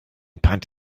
patt